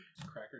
Cracker